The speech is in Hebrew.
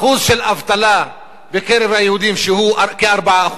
אחוז של אבטלה בקרב היהודים שהוא כ-4%,